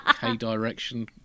K-Direction